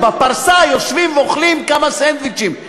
בפרסה יושבים ואוכלים כמה סנדוויצ'ים,